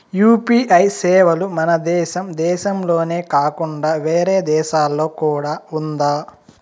UPI సేవలు మన దేశం దేశంలోనే కాకుండా వేరే దేశాల్లో కూడా ఉందా?